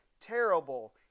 terrible